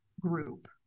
group